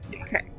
Okay